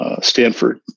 Stanford